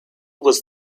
was